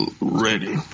ready